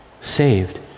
saved